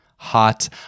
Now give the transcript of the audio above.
hot